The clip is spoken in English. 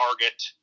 target